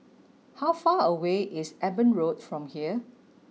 how far away is Eben Road from here